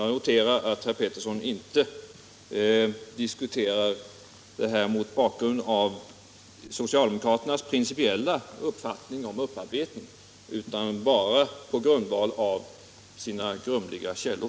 Jag noterar att herr Pettersson inte diskuterar den här frågan mot bak grund av socialdemokraternas principiella uppfattning om upparbetning utan bara på grundval av sina grumliga källor.